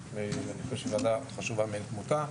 אני חושב שזו ועדה חשובה מאין כמותה.